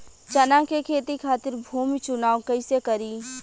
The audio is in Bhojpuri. चना के खेती खातिर भूमी चुनाव कईसे करी?